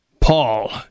Paul